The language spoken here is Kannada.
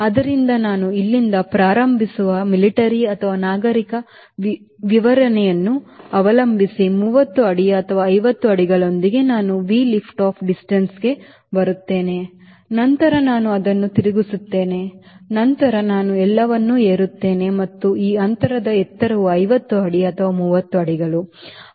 ಆದ್ದರಿಂದ ನಾನು ಇಲ್ಲಿಂದ ಪ್ರಾರಂಭಿಸುವ ಮಿಲಿಟರಿ ಅಥವಾ ನಾಗರಿಕ ವಿವರಣೆಯನ್ನು ಅವಲಂಬಿಸಿ 30 ಅಡಿ ಅಥವಾ 50 ಅಡಿಗಳೊಂದಿಗೆ ನಾನು V lift off distance ಕ್ಕೆ ಬರುತ್ತೇನೆ ನಂತರ ನಾನು ಅದನ್ನು ತಿರುಗಿಸುತ್ತೇನೆ ನಂತರ ನಾನು ಎಲ್ಲವನ್ನೂ ಏರುತ್ತೇನೆ ಮತ್ತು ಈ ಅಂತರದ ಎತ್ತರವು 50 ಅಡಿ ಅಥವಾ 30 ಅಡಿಗಳು